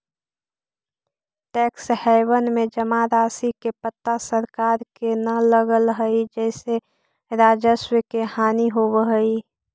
tax haven में जमा राशि के पता सरकार के न लगऽ हई जेसे राजस्व के हानि होवऽ हई